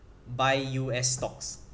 buy U_S stocks